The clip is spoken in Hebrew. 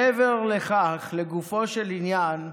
מעבר לכך, לגופו של עניין,